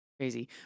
crazy